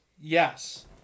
Yes